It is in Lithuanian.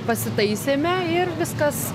pasitaisėme ir viskas